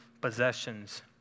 possessions